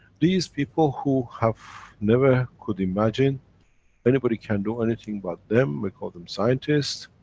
these people who have never could imagine anybody can do anything but them, we call them scientists.